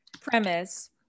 premise